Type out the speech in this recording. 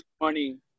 money